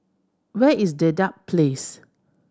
where is Dedap Place